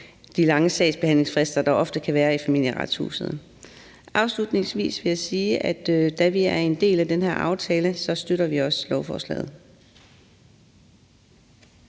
de lange sagsbehandlingsfrister, der ofte kan være i Familieretshuset. Afslutningsvis vil jeg sige, at da vi er en del af den her aftale, så støtter vi også lovforslaget.